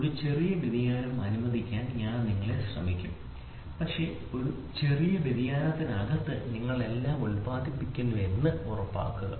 ഒരു ചെറിയ വ്യതിയാനം അനുവദിക്കാൻ ഞാൻ നിങ്ങളെ ശ്രമിക്കും പക്ഷേ ആ ചെറിയ വ്യതിയാനത്തിനകത്ത് നിങ്ങൾ എല്ലാം ഉൽപാദിപ്പിക്കുന്നുവെന്ന് ഉറപ്പാക്കുക